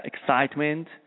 excitement